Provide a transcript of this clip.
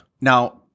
Now